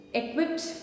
equipped